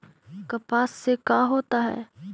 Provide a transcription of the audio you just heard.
कपास से का होता है?